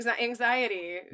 anxiety